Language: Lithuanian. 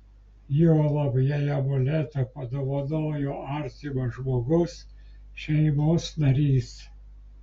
juolab jei amuletą padovanojo artimas žmogus šeimos narys